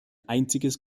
einziges